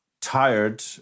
tired